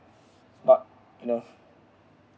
but you know